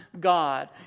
God